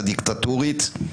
הדיקטטורית,